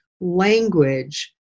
language